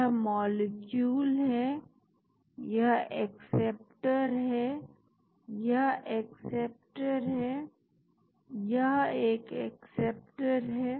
यह मॉलिक्यूल है यह एक्सेप्टर है यह एक्सेप्टर है यह एक एक्सेप्टर है